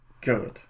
good